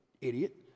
idiot